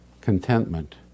Contentment